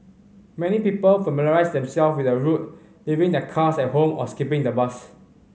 many people familiarised themselves with the route leaving their cars at home or skipping the bus